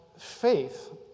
faith